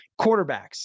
quarterbacks